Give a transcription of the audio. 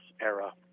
era